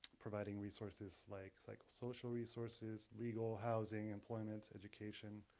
providing resources like psychosocial resources, legal, housing, employment, education,